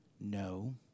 no